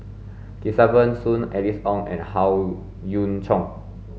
Kesavan Soon Alice Ong and Howe Yoon Chong